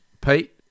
Pete